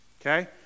okay